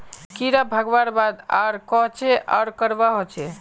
कीड़ा भगवार बाद आर कोहचे करवा होचए?